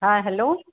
हा हैलो